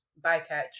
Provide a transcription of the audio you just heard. bycatch